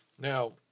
Now